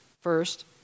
first